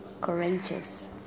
courageous